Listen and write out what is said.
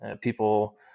people